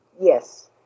Yes